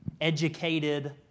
educated